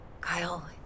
Kyle